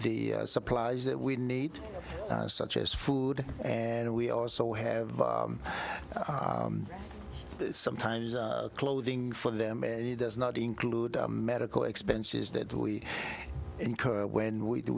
the supplies that we need such as food and we also have sometimes clothing for them and he does not include medical expenses that we incur when we do